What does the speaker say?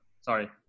sorry